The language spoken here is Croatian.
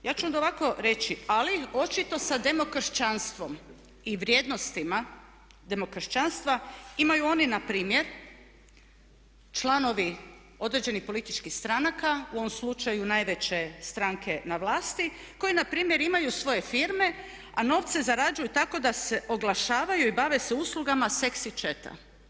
Ja ću onda ovako reći ali očito sa demokršćanstvom i vrijednostima demokršćanstva imaju oni npr. članovi određenih političkih stranaka, u ovom slučaju najveće stranke na vlasti koje npr. imaju svoje firme a novce zarađuju tako da se oglašavaju i bave se uslugama seksi chata.